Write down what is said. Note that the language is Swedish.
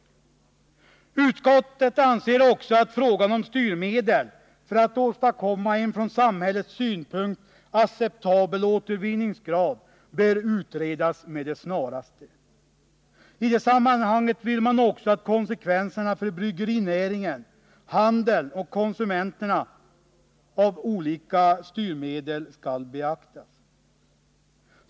Utskottet anser också att frågan om styrmedel för att åstadkomma en från samhällets synpunkt acceptabel återvinningsgrad bör utredas med det snaraste. I det sammanhanget vill man även att konsekvenserna för bryggerinäringen, handeln och konsumenterna av olika styrmedel skall beaktas.